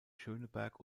schöneberg